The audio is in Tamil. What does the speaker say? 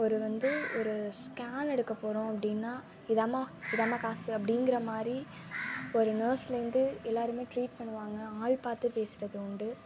ஒரு வந்து ஒரு ஸ்கேன் எடுக்க போகறோம் அப்படின்னா இதாம்மா இதாம்மா காசு அப்படிங்கிற மாதிரி ஒரு நேர்ஸ்லேந்து எல்லாருமே ட்ரீட் பண்ணுவாங்க ஆள் பார்த்து பேசுகிறது உண்டு